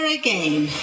again